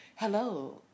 Hello